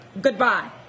Goodbye